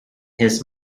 his